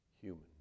human